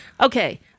Okay